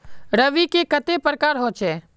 रवि के कते प्रकार होचे?